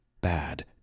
bad